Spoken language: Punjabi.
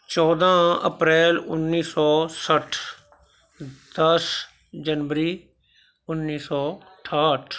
ਚੌਦ੍ਹਾਂ ਅਪ੍ਰੈਲ ਉੱਨੀ ਸੌ ਸੱਠ ਦਸ ਜਨਵਰੀ ਉੱਨੀ ਸੌ ਅਠਾਹਠ